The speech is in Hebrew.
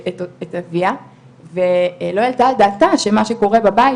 אביה ולא העלתה על דעתה שמה שקורה בבית,